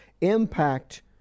impact